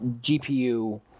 GPU